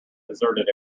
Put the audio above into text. deserted